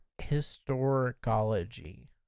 Historicology